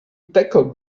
tackled